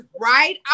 right